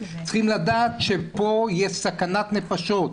צריכים לדעת שפה יש סכנת נפשות.